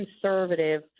conservative